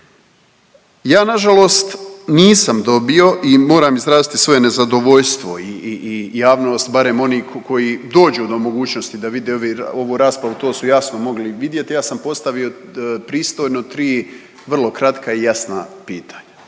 Ja nažalost nisam dobio i moram izraziti svoje nezadovoljstvo i javnost barem oni koji dođu do mogućnosti da vide ovu raspravu to su jasno mogli i vidjeti, ja sam postavio pristojno tri vrlo kratka i jasna pitanja